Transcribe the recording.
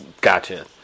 Gotcha